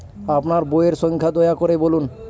আপনার বইয়ের সংখ্যা দয়া করে বলুন?